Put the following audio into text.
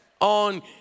on